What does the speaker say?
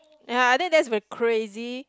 ya I think that's the crazy